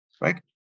right